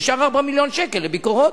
ונשאר 4 מיליון שקל לביקורות.